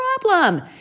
problem